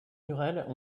murales